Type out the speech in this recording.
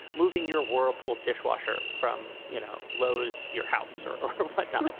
moving your whirlpool dishwasher from you know lowe's to your house or or whatnot.